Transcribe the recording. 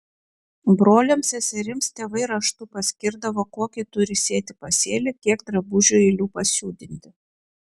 broliams seserims tėvai raštu paskirdavo kokį turi sėti pasėlį kiek drabužių eilių pasiūdinti